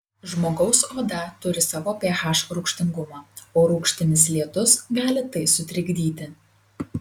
žmogaus oda turi savo ph rūgštingumą o rūgštinis lietus gali tai sutrikdyti